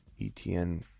ETN